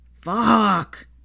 Fuck